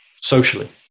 socially